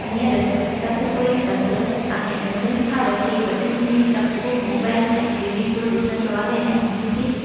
हीअंर सभु कोई कंदो आहे नंढनि खां वठी वॾनि ताईं सभु को मोबाइल ऐं टीवी पियो ॾिसंदो आहे ऐं हुन जी